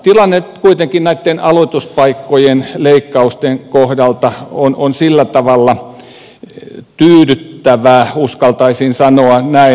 tilanne kuitenkin näitten aloituspaikkojen leikkausten kohdalla on sillä tavalla tyydyttävä uskaltaisin sanoa näin